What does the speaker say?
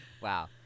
Wow